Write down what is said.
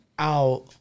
out